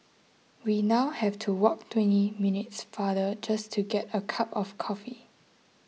we now have to walk twenty minutes farther just to get a cup of coffee